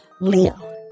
Leo